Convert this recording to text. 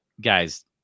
guys